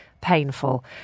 painful